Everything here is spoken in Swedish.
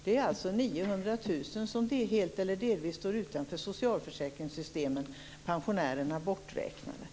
Det finns 900 000 som helt eller delvis står utanför socialförsäkringssystemen - pensionärerna borträknade.